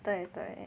对对